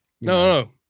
no